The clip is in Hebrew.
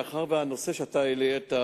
מאחר שהעלית את הנושא,